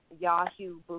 Yahoo